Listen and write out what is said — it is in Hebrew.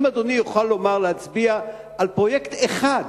האם אדוני יוכל לומר, להצביע על פרויקט אחד,